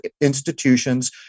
institutions